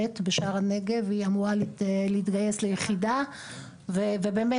בשער הנגב והיא אמורה להתגייס ליחידה ובאמת,